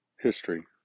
history